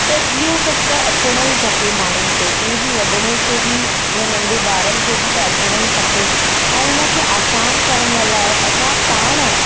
त इहो सभु त अचिणो ई खपे माण्हुनि खे कंहिं बि वॾिड़े खे बि या नंढे ॿारनि खे बि त अचिणो ई खपे ऐं इन खे आसानु करण लाइ असां पाण